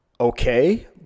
okay